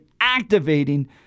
activating